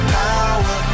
power